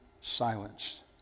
silenced